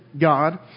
God